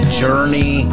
journey